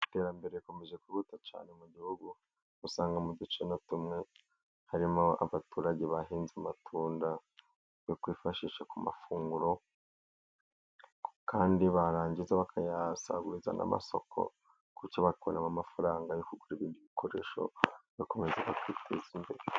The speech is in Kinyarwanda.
Iterambere rikomeje kwihuta cyane mu gihugu, usanga mu duce tumwe na tumwe harimo abaturage bahinze amatunda, yo kwifashisha ku mafunguro, kandi barangiza bakayasaguza ku masoko, bityo bakabonamo amafaranga yo kugura ibikoresho, bagakomeza kwiteza imbere.